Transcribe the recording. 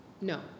No